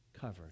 covered